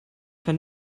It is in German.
kann